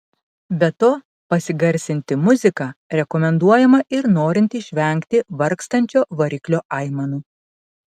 be to pasigarsinti muziką rekomenduojama ir norint išvengti vargstančio variklio aimanų